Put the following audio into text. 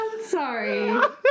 sorry